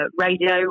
radio